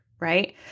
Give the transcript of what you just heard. right